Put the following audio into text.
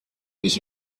ich